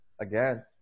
again